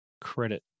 credit